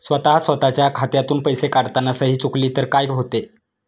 स्वतः स्वतःच्या खात्यातून पैसे काढताना सही चुकली तर काय होते?